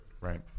Right